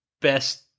best